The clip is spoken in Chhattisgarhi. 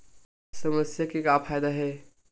समस्या के का फ़ायदा हे?